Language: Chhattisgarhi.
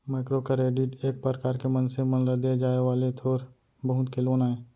माइक्रो करेडिट एक परकार के मनसे मन ल देय जाय वाले थोर बहुत के लोन आय